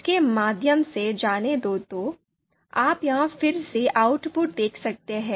इसके माध्यम से जाने दो तो आप यहाँ फिर से आउटपुट देख सकते हैं